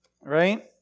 right